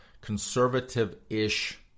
conservative-ish